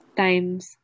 times